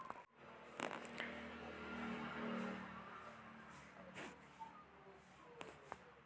मिरचा ला कोन सा तरीका ले जल्दी कइसे उगाय सकथन?